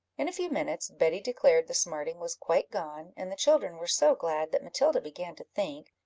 in a few minutes, betty declared the smarting was quite gone and the children were so glad, that matilda began to think,